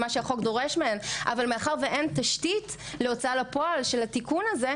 מה שהחוק דורש מהם אבל מאחר ואין תשתית להוצאה לפועל של התיקון הזה,